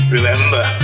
Remember